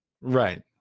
Right